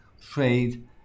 trade